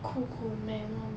cool cool manual manual